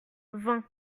vingt